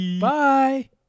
Bye